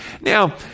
Now